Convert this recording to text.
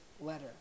letter